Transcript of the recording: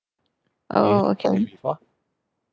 oh okay